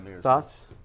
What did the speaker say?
Thoughts